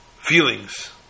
feelings